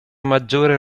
maggiore